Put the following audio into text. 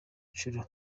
nshuro